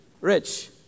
rich